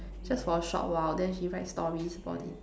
just for a short while then she write stories about it